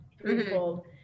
threefold